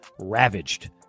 ravaged